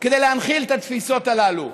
כדי להנחיל את התפיסות הללו.